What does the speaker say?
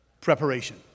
preparation